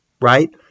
right